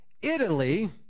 Italy